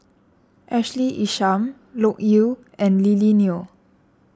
Ashley Isham Loke Yew and Lily Neo